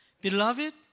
Beloved